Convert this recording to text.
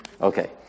okay